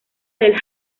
del